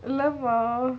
love ah